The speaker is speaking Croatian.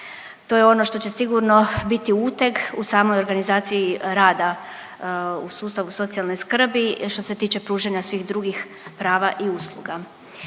To je ono što će sigurno biti uteg u samoj organizaciji rada u sustavu socijalne skrbi što se tiče pružanja svih drugih prava i usluga.